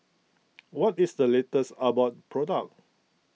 what is the latest Abbott product